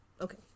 okay